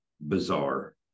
bizarre